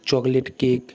chocolate cake